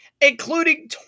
including